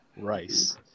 Rice